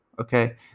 Okay